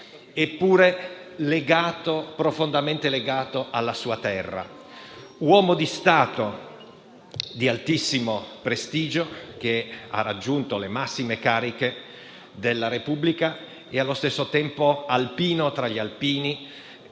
eppure profondamente legato alla sua terra. È stato un uomo di Stato di altissimo prestigio che ha raggiunto le massime cariche della Repubblica e, allo stesso tempo, alpino tra gli alpini,